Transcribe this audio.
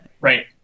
Right